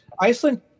Iceland